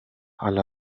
alla